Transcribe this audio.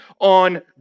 on